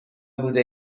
بوده